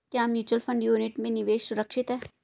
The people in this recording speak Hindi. क्या म्यूचुअल फंड यूनिट में निवेश सुरक्षित है?